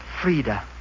Frida